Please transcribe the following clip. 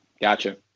Gotcha